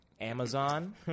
Amazon